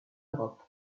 europe